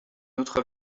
autre